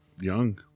young